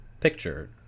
picture